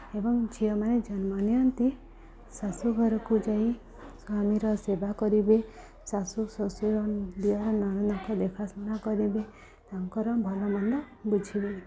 ଏବଂ ଝିଅମାନେ ଜନ୍ମ ନିଅନ୍ତି ଶାଶୁଘରକୁ ଯାଇ ସ୍ୱାମୀର ସେବା କରିବେ ଶାଶୁ ଶ୍ୱଶୁର ଦିଅର ନଣନ୍ଦଙ୍କ ଦେଖାଶୁଣା କରିବେ ତାଙ୍କର ଭଲ ମନ୍ଦ ବୁଝିବେ